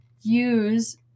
use